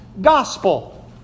gospel